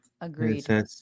Agreed